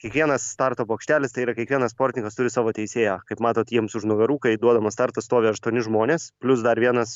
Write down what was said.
kiekvienas starto bokštelis tai yra kiekvienas sportininkas turi savo teisėją kaip matot jiems už nugarų kai duodamas startas stovi aštuoni žmonės plius dar vienas